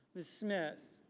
ms. smith.